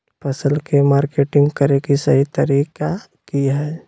फसल के मार्केटिंग करें कि सही तरीका की हय?